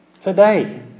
Today